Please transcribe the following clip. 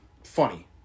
funny